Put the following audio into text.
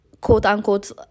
quote-unquote